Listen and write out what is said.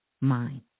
mind